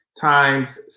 times